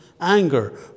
anger